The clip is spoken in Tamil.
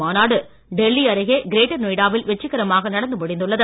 மாநாடு டெல்லி அருகே கிரேட்டர் நொய்டா வில் வெற்றிகரமாக நடந்து முடிந்துள்ளது